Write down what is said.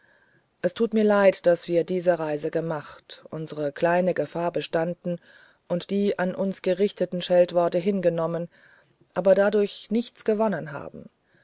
es tut mir leid daß wir diese reise gemacht unsere kleine gefahr bestanden die an uns gerichteten scheltworte hingenommen aberdadurchnichtsgewonnenhaben daswort